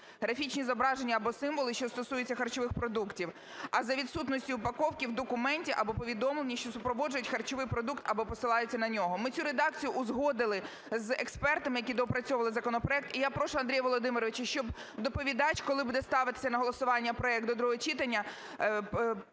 графічні зображення або символи, що стосуються харчових продуктів, а за відсутності упаковки – в документі або повідомленні, що супроводжують харчовий продукт або посилаються на нього". Ми цю редакцію узгодили з експертами, які доопрацьовували законопроект. І я прошу Андрія Володимировича, щоб доповідач, коли буде ставитися на голосування проект до другого читання,